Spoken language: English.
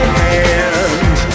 hand